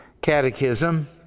Catechism